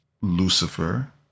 Lucifer